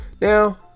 Now